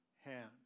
hand